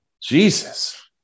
Jesus